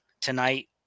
tonight